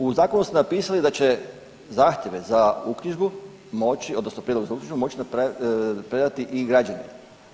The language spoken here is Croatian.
U Zakonu ste napisali da će zahtjeve za uknjižbu, moći, odnosno prijedlog za uknjižbu moći predati i građani.